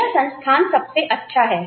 मेरा संस्थान सबसे अच्छा है